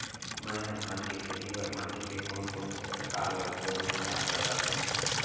मै ह धान के खेती बर माटी के कोन कोन से प्रकार ला उपयोग मा ला सकत हव?